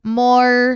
more